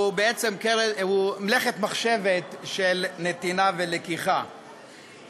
הוא מלאכת מחשבת של נתינה ולקיחה,